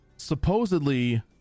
Supposedly